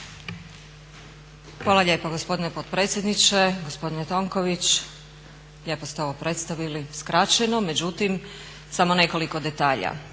Hvala lijepa gospodine potpredsjedniče. Gospodine Tonković, lijepo ste ovo predstavili, skraćeno, međutim, samo nekoliko detalja.